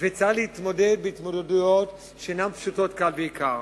וצריך להתמודד התמודדויות שאינן פשוטות כלל ועיקר.